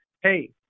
hey